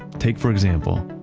take, for example,